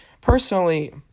Personally